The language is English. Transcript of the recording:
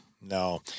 no